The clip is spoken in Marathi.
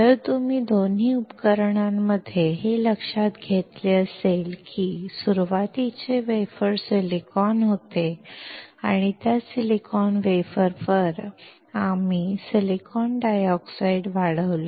जर तुम्ही दोन्ही उपकरणांमध्ये हे लक्षात घेतले असेल की सुरुवातीचे वेफर सिलिकॉन होते आणि त्या सिलिकॉन वेफरवर आम्ही सिलिकॉन डायऑक्साइड वाढवले